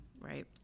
right